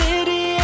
City